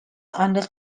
under